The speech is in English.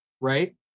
right